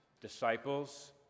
disciples